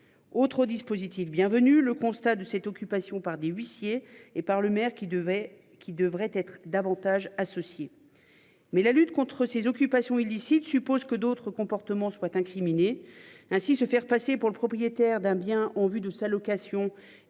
Autre dispositif bienvenue. Le constat de cette occupation par des huissiers et par le maire qui devait qui devrait être davantage associés. Mais la lutte contre ces occupations illicites suppose que d'autres comportements soient incriminé ainsi se faire passer pour le propriétaire d'un bien en vue de sa location est aussi